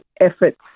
efforts